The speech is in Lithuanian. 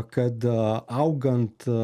kad augant